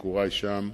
בביקורי שם,